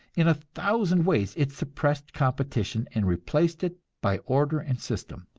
in a thousand ways it suppressed competition and replaced it by order and system.